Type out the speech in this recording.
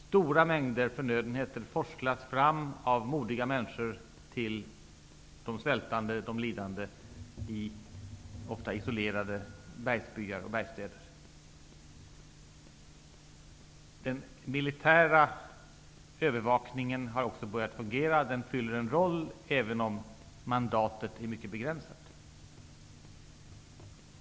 Stora mängder förnödenheter forslas fram av modiga människor till de svältande och de lidande i ofta isolerade bergsbyar och bergsstäder. Den militära övervakningen har också börjat fungera. Den fyller en funktion även om mandatet är mycket begränsat.